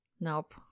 Nope